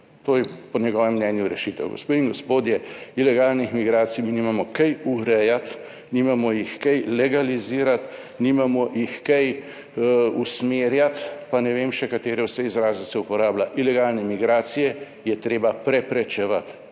To je po njegovem mnenju rešitev. Gospe in gospodje, ilegalnih migracij mi nimamo kaj urejati, nimamo jih kaj legalizirati, nimamo jih kaj usmerjati pa ne vem še katere vse izraze se uporablja. Ilegalne migracije je treba preprečevati